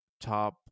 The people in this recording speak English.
top